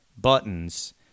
buttons